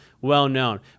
well-known